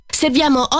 serviamo